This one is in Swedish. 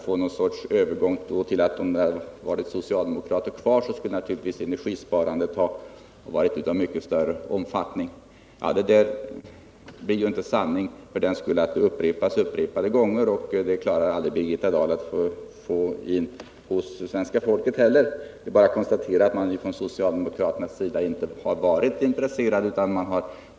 Och sedan sade hon att om socialdemokraterna hade suttit kvar i regeringsställning skulle energisparandet ha varit av betydligt större omfattning. Ett sådant Nr 159 påstående blir inte sanning bara för att det upprepas, och Birgitta Dahl kan Tisdagen den aldrig övertyga svenska folket om det. Det är bara att konstatera att 29 maj 1979 socialdemokraterna tidigare inte har varit intresserade av enegisparande.